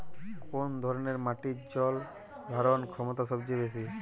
কোন ধরণের মাটির জল ধারণ ক্ষমতা সবচেয়ে বেশি?